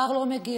שר לא מגיע,